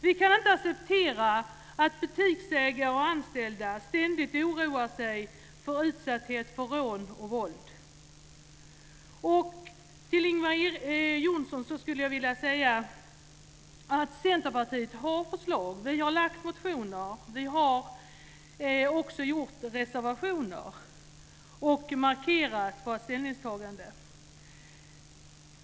Vi kan inte acceptera att butiksägare och anställda ständigt oroar sig för utsatthet för rån och våld. Till Ingvar Johnsson skulle jag vilja säga att Centerpartiet har förslag. Vi har väckt motioner och vi har också skrivit reservationer och markerat vårt ställningstagande.